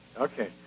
Okay